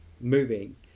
moving